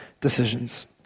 decisions